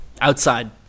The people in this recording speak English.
outside